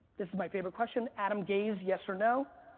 this is my favorite question. adam gase, yes or no?